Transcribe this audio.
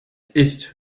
ist